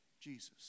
Jesus